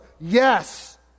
Yes